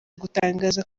gutangaza